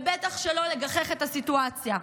בטח שלא לגחך את הסיטואציה.